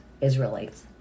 Israelites